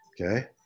Okay